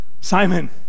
Simon